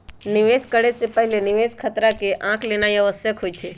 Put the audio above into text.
निवेश करे से पहिले निवेश खतरा के आँक लेनाइ आवश्यक होइ छइ